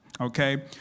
Okay